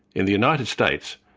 in the united states,